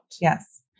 Yes